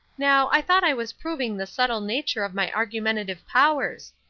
now, i thought i was proving the subtle nature of my argumentative powers.